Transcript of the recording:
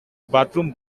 bathroom